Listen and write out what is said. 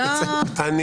אני